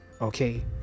okay